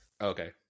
Okay